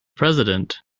president